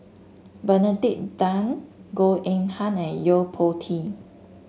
Benedict Tan Goh Eng Han and Yo Po Tee